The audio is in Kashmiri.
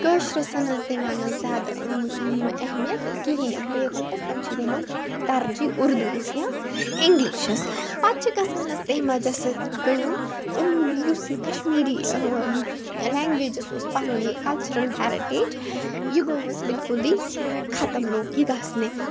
کٲشرِس حظ دِوَان حظ زیادٕ اہمیت کہیٖنۍ پیرنٹٕس تِم چھِ دِوَان ترجیح اُردُووَس یا اِنٛگلِشَس پَتہٕ چھِ گژھان حظ تٔمۍ وَجہٕ سۭتۍ کٲم یِم یُس یہِ کَشمیٖری لَنٛگویجَس اوس پَنُن یہِ کَلچَرَل ہیٚرِٹیج یہِ گوٚو حظ بلکُلٕے ختم لوٚگ یہِ گژھنہِ